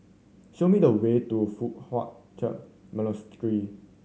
show me the way to Foo Hai Ch'an Monastery